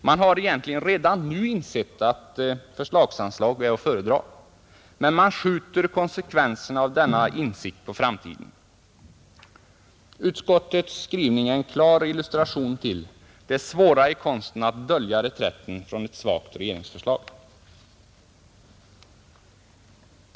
Man har egentligen redan nu insett att förslagsanslag är att föredra, men man skjuter konsekvenserna av denna insikt på framtiden, Utskottets skrivning är en klar illustration till det svåra i konsten att dölja reträtten från ett svagt regeringsförslag.